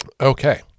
Okay